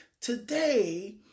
today